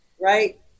right